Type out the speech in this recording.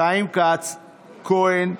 חיים כץ, אלי כהן,